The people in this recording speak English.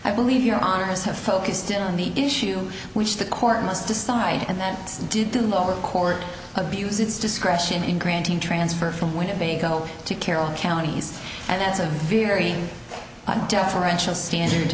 i believe your honour's have focused in on the issue which the court must decide and that did to lower court abuse its discretion in granting transfer from winnebago to carol counties and that's a very deferential standard